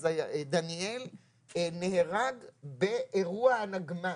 אז דניאל נהרג באירוע הנגמ"ש,